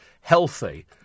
healthy